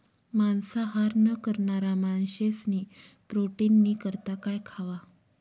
मांसाहार न करणारा माणशेस्नी प्रोटीननी करता काय खावा